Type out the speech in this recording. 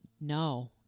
no